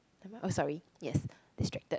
am I sorry yes distracted